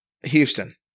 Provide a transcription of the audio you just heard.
Houston